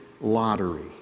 lottery